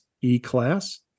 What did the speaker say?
E-Class